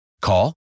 Call